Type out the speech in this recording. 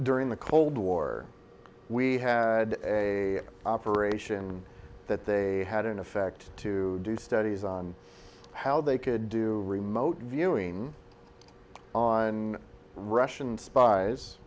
during the cold war we had a operation that they had in effect to do studies on how they could do remote viewing on russian spies